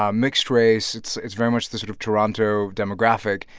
um mixed race. it's it's very much the sort of toronto demographic.